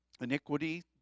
Iniquity